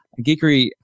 geekery